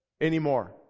anymore